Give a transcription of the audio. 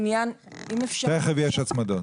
תיכף יש הצמדות.